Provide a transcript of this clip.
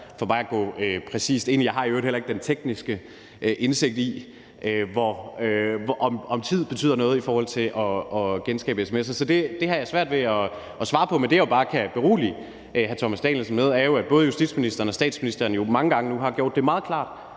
for mig at gå præcist ind i. Jeg har i øvrigt heller ikke den tekniske indsigt i, om tid betyder noget i forhold til at genskabe sms'er. Så det har jeg svært ved at svare på. Men det, jeg bare kan berolige hr. Thomas Danielsen med, er jo, at både justitsministeren og statsministeren mange gange nu har gjort det meget klart,